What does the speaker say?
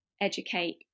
educate